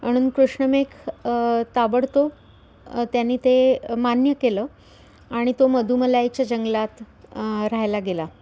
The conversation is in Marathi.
आणून कृष्णमेघ ताबडतोब त्याने ते मान्य केलं आणि तो मदुमलाईच्या जंगलात राहायला गेला